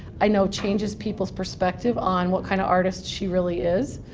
i know, changes people's perspective on what kind of artist she really is.